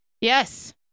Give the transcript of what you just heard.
Yes